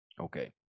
Okay